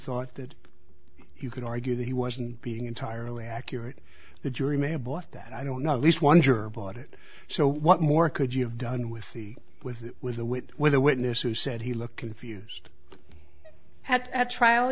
thought that you could argue that he wasn't being entirely accurate the jury may have bought that i don't know at least wonder about it so what more could you have done with the with with the wit with a witness who said he looked confused at trial